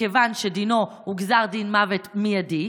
מכיוון שדינו הוא גזר דין מוות מיידי,